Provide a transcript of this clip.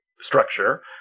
structure